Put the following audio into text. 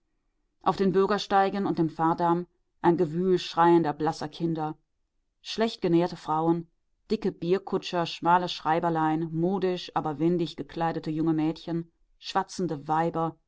auf den bürgersteigen und dem fahrdamm ein gewühl schreiender blasser kinder schlecht genährte frauen dicke bierkutscher schmale schreiberlein modisch aber windig gekleidete junge mädchen schwatzende weiber